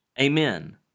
Amen